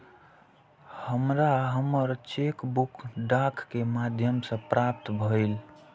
हमरा हमर cheque book डाक के माध्यम से प्राप्त भईल